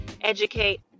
educate